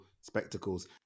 spectacles